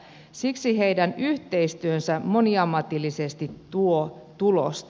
siksi heidän yhteistyönsä moniammatillisesti tuo tulosta